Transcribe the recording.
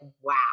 wow